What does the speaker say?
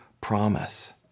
promise